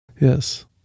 Yes